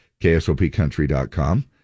ksopcountry.com